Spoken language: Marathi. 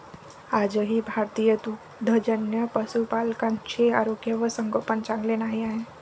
आजही भारतीय दुग्धजन्य पशुपालकांचे आरोग्य व संगोपन चांगले नाही आहे